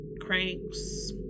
cranks